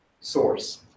source